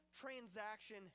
transaction